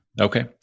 Okay